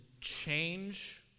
change